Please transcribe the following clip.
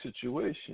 situation